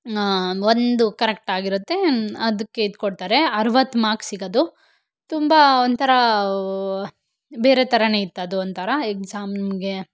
ಒಂದು ಕರೆಕ್ಟ್ ಆಗಿರುತ್ತೆ ಅದಕ್ಕೆ ಇದು ಕೊಡ್ತಾರೆ ಅರುವತ್ತು ಮಾರ್ಕ್ಸಿಗದು ತುಂಬ ಒಂಥರ ಬೇರೆ ಥರಾನೇ ಇತ್ತು ಅದೊಂಥರ ಎಗ್ಸಾಮ್ಗೆ